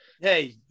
Hey